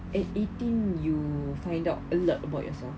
at eighteen you find out a lot about yourself